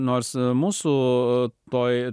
nors mūsų toj